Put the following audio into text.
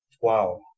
wow